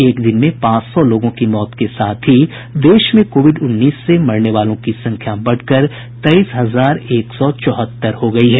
एक दिन में पांच सौ लोगों की मौत के साथ ही देश में कोविड उन्नीस से मरने वालों की संख्या बढ़कर तेईस हजार एक सौ चौहत्तर हो गयी है